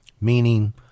meaning